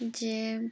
ଯେ